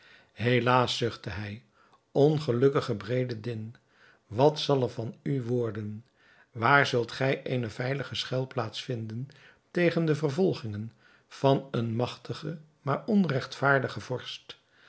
helaas zuchtte hij ongelukkige bedreddin wat zal er van u worden waar zult gij eene veilige schuilplaats vinden tegen de vervolgingen van een magtigen maar onregtvaardigen vorst